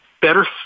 better